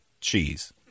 cheese